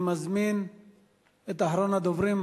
אני מזמין את אחרון הדוברים,